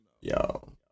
yo